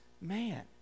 man